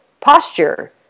posture